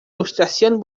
ilustración